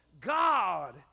God